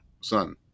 son